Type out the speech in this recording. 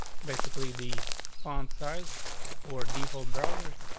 basically the font size for default browsers.